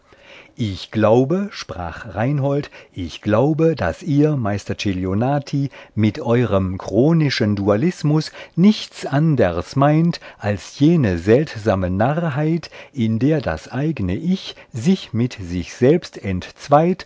ich glaube sprach reinhold ich glaube daß ihr meister celionati mit eurem chronischen dualismus nichts anders meint als jene seltsame narrheit in der das eigne ich sich mit sich selbst